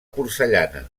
porcellana